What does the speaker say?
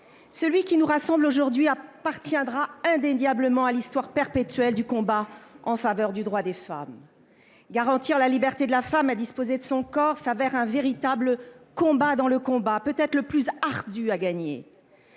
Celui qui nous rassemble aujourd’hui appartiendra indéniablement à l’histoire perpétuelle du combat en faveur du droit des femmes. Garantir la liberté de la femme à disposer de son corps se révèle un véritable combat dans le combat, peut être le plus ardu à gagner.